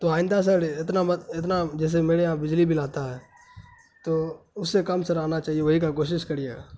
تو آئندہ سر اتنا اتنا جیسے میرے یہاں بجلی بل آتا ہے تو اس سے کم سر آنا چاہیے وہی کا کوشش کریے گا